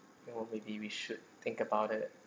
or maybe we should think about it